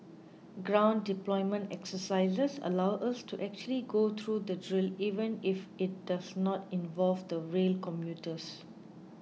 ground deployment exercises allow us to actually go through the drill even if it does not involve the rail commuters